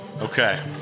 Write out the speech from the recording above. Okay